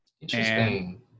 Interesting